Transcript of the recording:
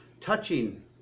Touching